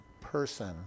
person